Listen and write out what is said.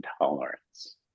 intolerance